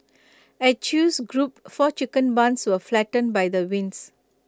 at chew's group four chicken barns were flattened by the winds